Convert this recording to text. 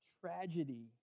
tragedy